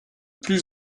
plus